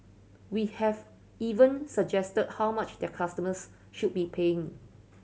we have even suggested how much their customers should be paying